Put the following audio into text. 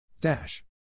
Dash